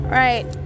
right